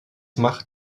macht